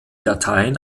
dateien